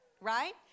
right